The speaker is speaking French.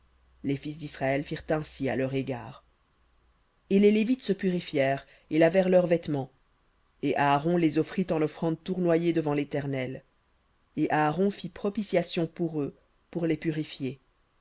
les fils d'israël firent ainsi à leur égard et les lévites se purifièrent et lavèrent leurs vêtements et aaron les offrit en offrande tournoyée devant l'éternel et aaron fit propitiation pour eux pour les purifier